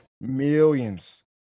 Millions